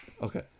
Okay